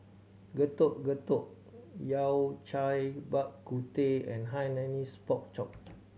Getuk Getuk Yao Cai Bak Kut Teh and Hainanese Pork Chop